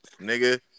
Nigga